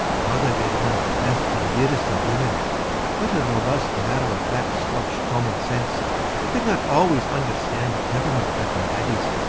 mother is one of the best and dearest of women but her robust, matter-of-fact scotch common sense could not always understand a temperament like my laddie's.